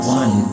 one